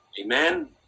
Amen